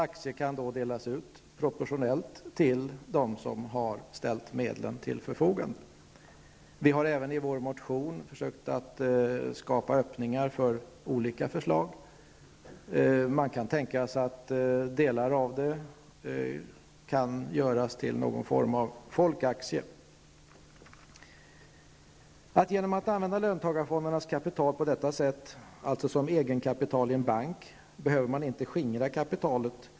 Aktierna kan proportionellt delas ut till dem som har ställt medel till förfogande. I vår motion har vi försökt skapa öppningar för olika förslag. Man kan tänka sig att delar av kapitalet omvandlas till någon form av folkaktier. Genom att använda löntagarfondernas kapital på detta sätt, alltså som egenkapital i en bank, behöver man inte skingra kapitalet.